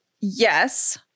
Yes